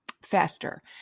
faster